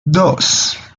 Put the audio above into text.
dos